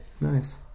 Nice